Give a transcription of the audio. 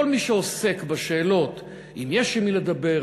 כל מי שעוסק בשאלות אם יש עם מי לדבר,